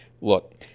Look